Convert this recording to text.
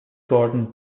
gordon